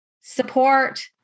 support